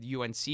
UNC